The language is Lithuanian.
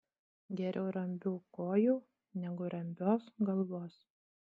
geriau rambių kojų negu rambios galvos